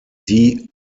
die